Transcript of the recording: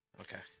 Okay